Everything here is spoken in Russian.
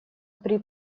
при